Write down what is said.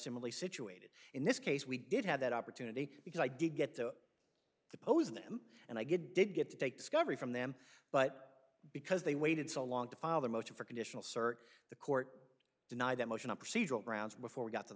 similarly situated in this case we did have that opportunity because i did get to the pose them and i get did get to take discovery from them but because they waited so long to file the motion for conditional cert the court denied that motion a procedural grounds before we got t